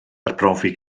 arbrofi